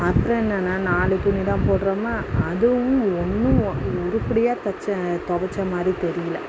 அப்புறம் என்னென்னா நாலு துணி தான் போடுறோமா அதுவும் ஒன்றும் உருப்படியா தச்ச துவைச்ச மாதிரி தெரியல